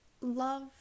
love